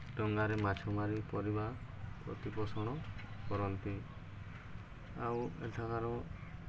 ଡ଼ଙ୍ଗାରେ ମାଛ ମାରି ପରିବାର ପ୍ରତିପୋଷଣ କରନ୍ତି ଆଉ ଏଠାକାର